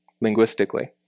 linguistically